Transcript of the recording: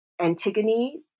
Antigone